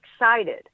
excited